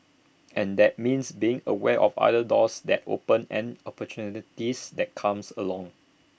and that means being aware of other doors that open and opportunities that comes along